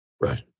Right